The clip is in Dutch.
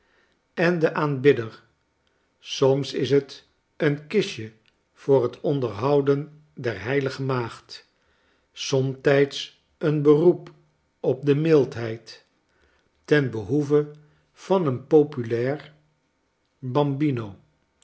en den aanbidder soms is het een kistje voor het onderhouden der h maagd somtijds een beroep op de mildheid ten behoeve van een populair